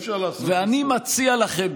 ואני מציע לכם,